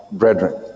brethren